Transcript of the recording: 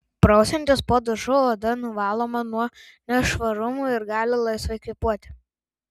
prausiantis po dušu oda nuvaloma nuo nešvarumų ir gali laisvai kvėpuoti